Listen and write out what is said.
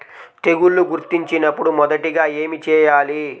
తెగుళ్లు గుర్తించినపుడు మొదటిగా ఏమి చేయాలి?